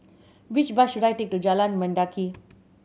which bus should I take to Jalan Mendaki